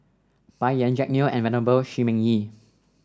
Bai Yan Jack Neo and Venerable Shi Ming Yi